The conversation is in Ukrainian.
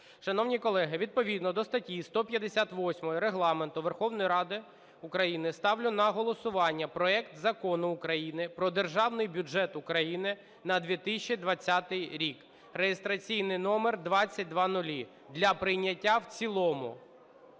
Шановні колеги, відповідно до статті 158 Регламенту Верховної Ради України ставлю на голосування проект Закону України "Про Державний бюджет України на 2020 рік" (реєстраційний номер 2000) для прийняття в цілому.